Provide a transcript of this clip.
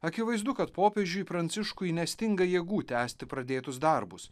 akivaizdu kad popiežiui pranciškui nestinga jėgų tęsti pradėtus darbus